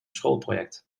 schoolproject